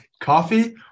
Coffee